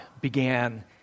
began